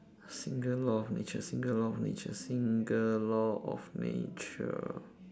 single law of nature single law of nature single law of nature